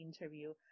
interview